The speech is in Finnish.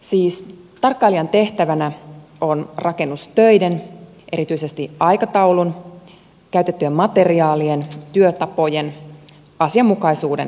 siis tarkkailijan tehtävänä on rakennustöiden erityisesti aikataulun käytettyjen materiaalien työtapojen asianmukaisuuden seuraaminen